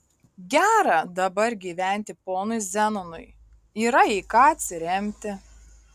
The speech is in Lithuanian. gera dabar gyventi ponui zenonui yra į ką atsiremti